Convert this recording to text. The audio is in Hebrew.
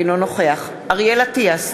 אינו נוכח אריאל אטיאס,